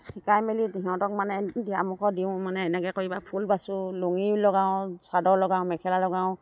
শিকাই মেলি সিহঁতক মানে দিওঁ মানে এনেকৈ কৰিবা ফুল বাচোঁ লুঙি লগাওঁ চাদৰ লগাওঁ মেখেলা লগাওঁ